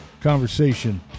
conversation